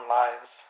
lives